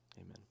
Amen